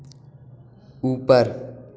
ऊपर